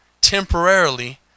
temporarily